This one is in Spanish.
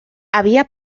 había